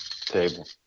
Table